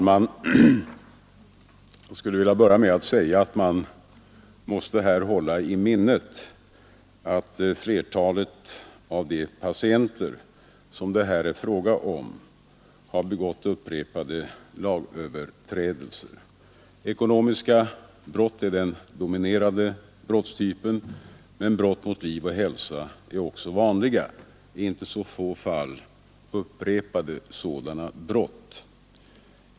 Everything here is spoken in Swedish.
Herr talman! Vi måste hålla i minnet att flertalet av de patienter det här är fråga om har begått upprepade lagöverträdelser. Ekonomiska brott är den dominerande brottstypen, men brott mot liv och hälsa är också vanliga — i inte så få fall upprepade sådana brott.